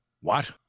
What